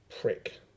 prick